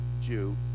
Jew